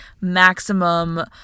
maximum